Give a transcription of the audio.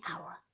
hour